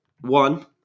one